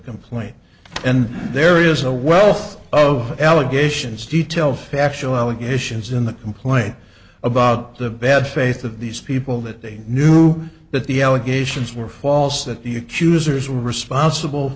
complaint and there is a wealth of allegations detail factual allegations in the complaint about the bad faith of these people that they knew that the allegations were false that you cues or is responsible